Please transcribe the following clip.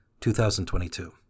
2022